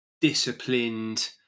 disciplined